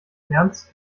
nernst